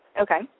Okay